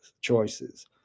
choices